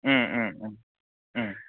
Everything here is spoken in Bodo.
ओम ओम ओम ओम